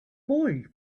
boy